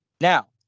Now